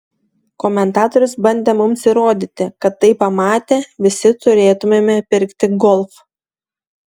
komentatorius bandė mums įrodyti kad tai pamatę visi turėtumėme pirkti golf